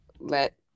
Let